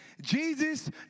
Jesus